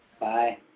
Bye